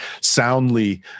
soundly